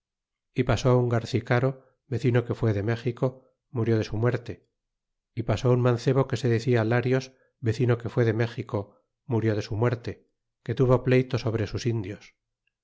y pasó un garcicaro vecino que fué de méxico murió de su muerte y pasó un mancebo que se decía larios vecino que fué de méxico murió de su muerte que tuvo pleyto sobre sus indios